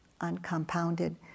uncompounded